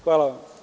Hvala.